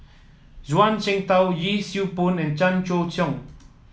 Zhuang Shengtao Yee Siew Pun and Chan Choy Siong